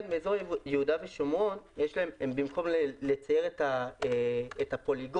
באזור יהודה ושומרון במקום לצייר את הפוליגון,